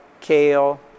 kale